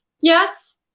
yes